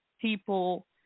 people